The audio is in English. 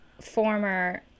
former